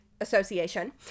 association